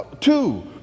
two